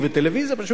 ובאמת,